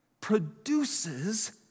produces